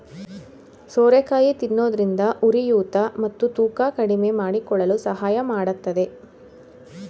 ಸೋರೆಕಾಯಿ ತಿನ್ನೋದ್ರಿಂದ ಉರಿಯೂತ ಮತ್ತು ತೂಕ ಕಡಿಮೆಮಾಡಿಕೊಳ್ಳಲು ಸಹಾಯ ಮಾಡತ್ತದೆ